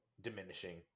diminishing